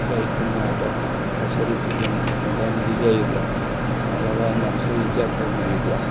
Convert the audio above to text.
जायखौ मावाबा थासारिफोरजों मोगा मोगि जायोब्ला मालाबा मानसि जाथायबायोब्ला